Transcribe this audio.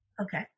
Okay